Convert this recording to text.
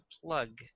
plug